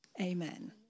Amen